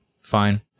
fine